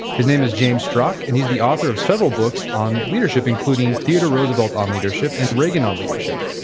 his name is james strock and he is the author of several books on leadership including theodore roosevelt on leadership and reagan on leadership.